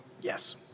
Yes